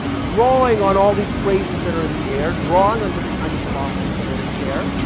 drawing on all these phrases that are in the air, drawing on different kinds of philosophies that are in the air.